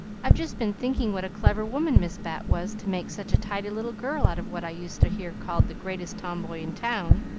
i've just been thinking what a clever woman miss bat was, to make such a tidy little girl out of what i used to hear called the greatest tomboy in town,